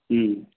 হুম